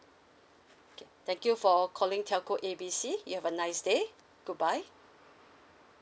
K thank you for calling telco A B C you have a nice day goodbye